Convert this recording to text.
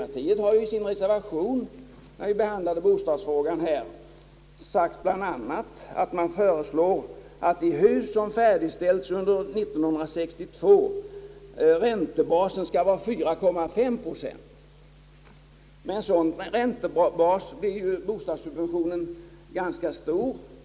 Partiet har i sin reservation när vi behandlade bostadsfrågan bl.a. sagt att man föreslår att räntebasen i hus som färdigställts under 1962 skall vara 4,5 procent. Med en sådan räntebas blir bostadssubventionen ganska stor.